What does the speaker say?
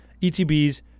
ETBs